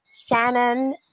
Shannon